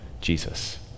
Jesus